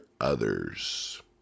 others